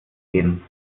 gehen